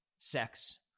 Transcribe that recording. sex